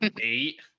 Eight